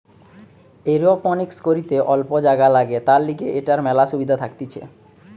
aeroponics করিতে অল্প জাগা লাগে, তার লিগে এটার মেলা সুবিধা থাকতিছে